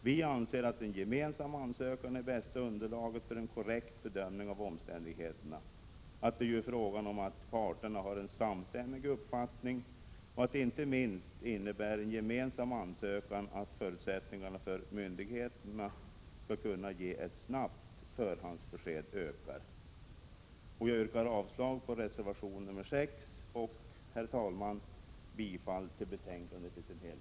Vi anser att en gemensam ansökan är det bästa underlaget för en korrekt bedömning av omständigheterna, att det ju är fråga om att parterna har en samstämmig uppfattning och att en gemensam ansökan inte minst innebär att förutsättningarna för att myndigheterna skall kunna ge ett snabbt förhandsbesked ökar. Jag yrkar avslag på reservation nr 6 och, herr talman, bifall till utskottets hemställan i dess helhet.